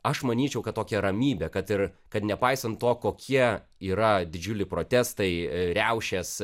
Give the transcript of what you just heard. aš manyčiau kad tokią ramybę kad ir kad nepaisant to kokie yra didžiuliai protestai riaušės